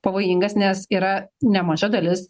pavojingas nes yra nemaža dalis